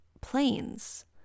planes